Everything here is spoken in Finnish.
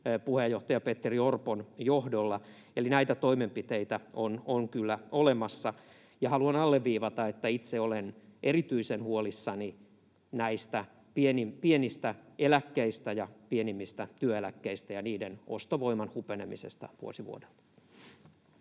puheenjohtaja Petteri Orpon johdolla, eli näitä toimenpiteitä on kyllä olemassa. Haluan alleviivata, että itse olen erityisen huolissani näistä pienistä eläkkeistä ja pienimmistä työeläkkeistä ja niiden ostovoiman hupenemisesta vuosi vuodelta.